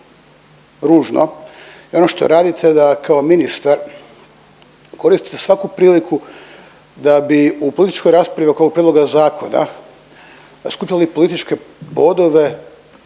ružno je ono što radite da kao ministar koristite svaku priliku da bi u političkoj raspravi oko ovog prijedloga zakona, skupljali političke bodove